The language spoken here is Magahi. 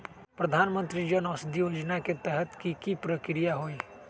प्रधानमंत्री जन औषधि योजना के तहत की की प्रक्रिया होई?